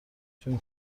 جون